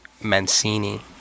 Mancini